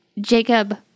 Jacob